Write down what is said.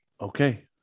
okay